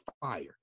fire